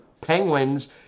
Penguins